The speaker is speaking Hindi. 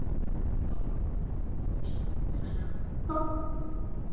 कब